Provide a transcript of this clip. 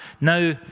Now